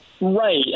Right